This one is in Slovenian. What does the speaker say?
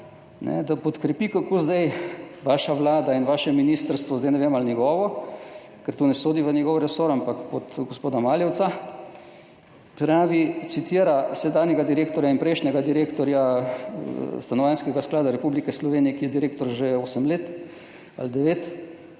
da podkrepi, kako zdaj vaša vlada in vaše ministrstvo, ne vem, ali je njegovo, ker to ne sodi v njegov resor, ampak pod gospoda Maljevca, citira sedanjega direktorja in prejšnjega direktorja Stanovanjskega sklada Republike Slovenije, ki je direktor že osem ali devet